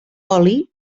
oli